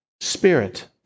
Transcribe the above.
spirit